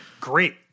great